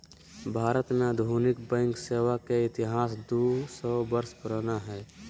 भारत में आधुनिक बैंक सेवा के इतिहास दू सौ वर्ष पुराना हइ